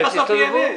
אולי בסוף יהיה נס.